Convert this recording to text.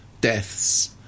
Deaths